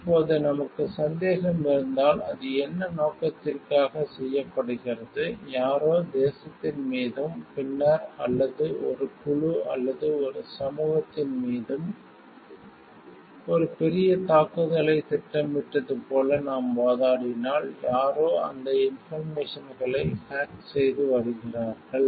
இப்போது நமக்கு சந்தேகம் இருந்தால் அது என்ன நோக்கத்திற்காக செய்யப்படுகிறது யாரோ தேசத்தின் மீதும் பின்னர் அல்லது ஒரு குழு அல்லது ஒரு சமூகத்தின் மீதும் ஒரு பெரிய தாக்குதலைத் திட்டமிட்டது போல நாம் வாதிடினால் யாரோ அந்தத் இன்போர்மேசன்களை ஹேக் செய்து வருகிறார்கள்